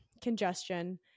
congestion